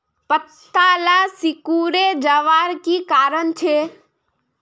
पत्ताला सिकुरे जवार की कारण छे?